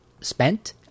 spent